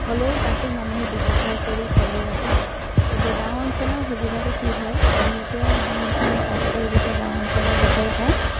হ'লেও তাতো মানুহে ব্যৱসায় কৰি চলি আছে কিন্তু গাঁও অঞ্চলৰ সুবিধাটো কি হয় আমি এতিয়া গাঁও অঞ্চলত বাস কৰোঁ যেতিয়া গাঁও অঞ্চলৰ বিষয়ে কওঁ